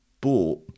bought